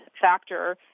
factor